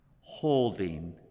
holding